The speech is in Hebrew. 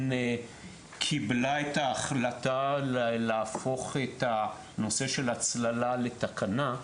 קיבלה את ההחלטה להפוך את הנושא של הצללה לתקנה,